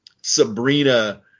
Sabrina